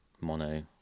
Mono